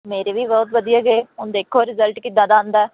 ਮੇਰੇ ਵੀ ਬਹੁਤ ਵਧੀਆ ਗਏ ਹੁਣ ਦੇਖੋ ਰਿਜਲਟ ਕਿੱਦਾਂ ਦਾ ਆਉਂਦਾ